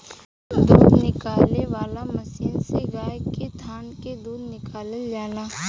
दूध निकाले वाला मशीन से गाय के थान से दूध निकालल जाला